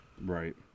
Right